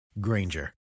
Granger